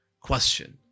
question